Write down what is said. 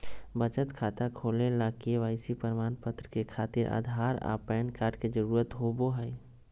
बचत खाता खोले ला के.वाइ.सी प्रमाण के खातिर आधार आ पैन कार्ड के जरुरत होबो हइ